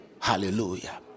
Hallelujah